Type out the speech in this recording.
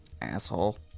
asshole